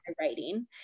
writing